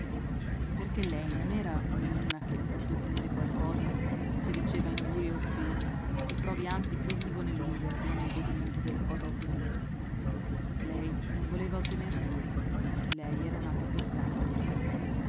perché lei non era come una che pur d'ottenere qualcosa si riceva ingiurie e offese e provi anzi più vivo nell'umiliazione il godimento della cosa ottenuta lei non voleva ottener nulla lei era nata per dare